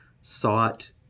sought